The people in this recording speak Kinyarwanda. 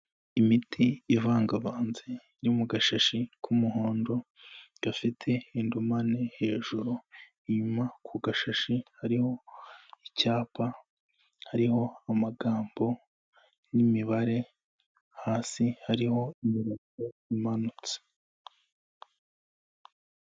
Imiti ivangavanze iri mu gashashi k'umuhondo gafite indumane hejuru inyuma ku gashashi hariho icyapa hariho amagambo n'imibare hasi hariho imurongo imanutse.